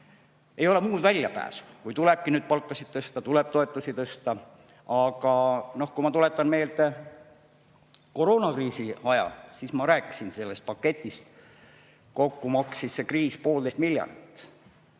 ei olegi muud väljapääsu, kui tulebki palkasid tõsta, tuleb toetusi tõsta. Aga kui ma tuletan meelde koroonakriisi aega, ma rääkisin sellest paketist: kokku maksis see kriis poolteist miljardit